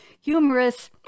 humorous